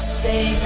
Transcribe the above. say